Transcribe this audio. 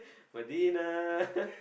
Madinah